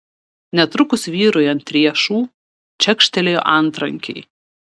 netrukus vyrui ant riešų čekštelėjo antrankiai